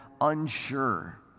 unsure